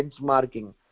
benchmarking